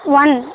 one